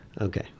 Okay